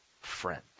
friend